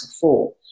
four